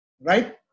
right